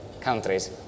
countries